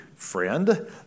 friend